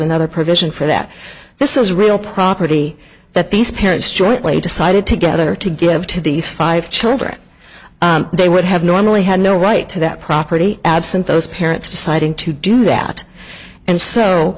another provision for that this is real property that these parents jointly decided together to give to these five children they would have normally had no right to that property absent those parents deciding to do that and so